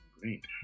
great